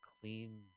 clean